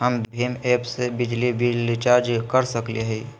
हम भीम ऐप से बिजली बिल रिचार्ज कर सकली हई?